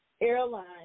airlines